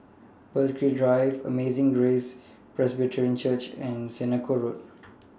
Burghley Drive Amazing Grace Presbyterian Church and Senoko Road